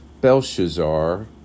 Belshazzar